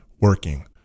working